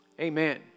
Amen